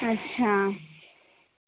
अच्छा